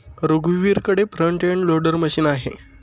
रघुवीरकडे front end loader machine आहे